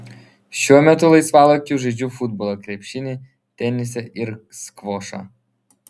šiuo metu laisvalaikiu žaidžiu futbolą krepšinį tenisą ir skvošą